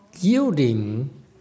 Yielding